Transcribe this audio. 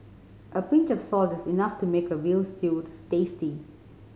a pinch of salt is enough to make a veal stew tasty